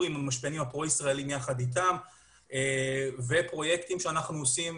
עם המשפיענים הפרו ישראלים יחד איתם ופרויקטים שאנחנו עושים